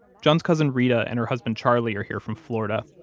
john's cousin reta and her husband charlie are here from florida,